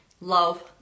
love